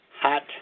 hot